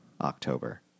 October